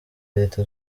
leta